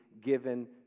given